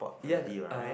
ya uh